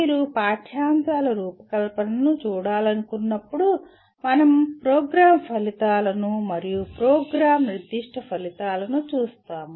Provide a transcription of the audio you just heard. మీరు పాఠ్యాంశాల రూపకల్పనను చూడాలనుకున్నప్పుడు మనం ప్రోగ్రామ్ ఫలితాలను మరియు ప్రోగ్రామ్ నిర్దిష్ట ఫలితాలను చూస్తాము